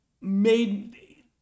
made